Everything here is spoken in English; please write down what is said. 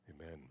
Amen